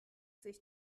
sich